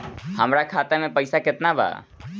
हमरा खाता में पइसा केतना बा?